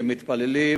למתפללים,